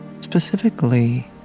specifically